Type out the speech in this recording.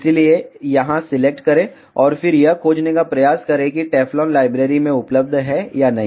इसलिए यहां सिलेक्ट करें और फिर यह खोजने का प्रयास करें कि टेफ्लॉन लाइब्रेरी में उपलब्ध है या नहीं